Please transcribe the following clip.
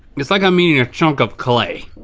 it's like i'm eating a chunk of clay.